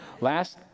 Last